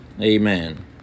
Amen